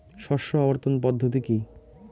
শস্য আবর্তন পদ্ধতি কি?